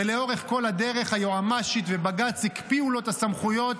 ולאורך כל הדרך היועמ"שית ובג"ץ הקפיאו לו את הסמכויות.